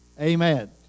Amen